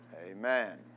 Amen